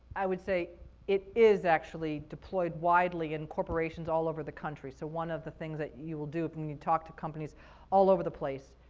i would say it is actually deployed widely in corporations all over the country, so one of the things that you will do when you talk to companies all over the place.